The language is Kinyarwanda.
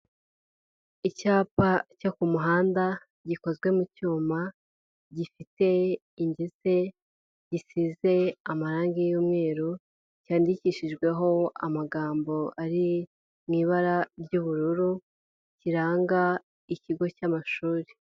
Icyapa cyo ku muhanda gikozwe mu cyuma gifite ingese gisize amarangi y'umweru, cyandikishijweho amagambo ari mu ibara ry'ubururu kiranga ikigo cy'amashuri.